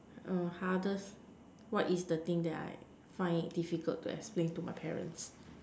err hardest what is the thing that I find it difficult to explain to my parents